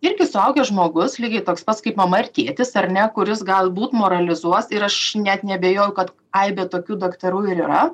irgi suaugęs žmogus lygiai toks pats kaip mama ar tėtis ar ne kuris galbūt moralizuos ir aš net neabejoju kad aibė tokių daktarų ir yra